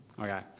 Okay